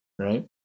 right